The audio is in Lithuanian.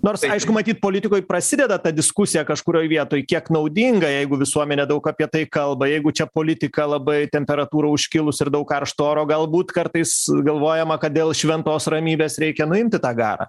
nors aišku matyt politikoj prasideda ta diskusija kažkurioj vietoj kiek naudinga jeigu visuomenė daug apie tai kalba jeigu čia politika labai temperatūra užkilus ir daug karšto oro galbūt kartais galvojama kad dėl šventos ramybės reikia nuimti tą garą